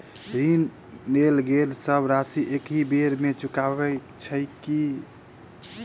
ऋण लेल गेल सब राशि एकहि बेर मे चुकाबऽ केँ छै की?